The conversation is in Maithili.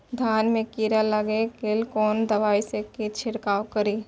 धान में कीरा लाग गेलेय कोन दवाई से छीरकाउ करी?